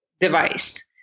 device